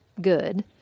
good